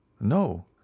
No